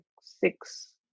six